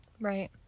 Right